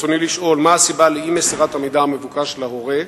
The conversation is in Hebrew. רצוני לשאול: 1. מה היא הסיבה לאי-מסירת המידע המבוקש להורה?